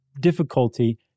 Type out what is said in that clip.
difficulty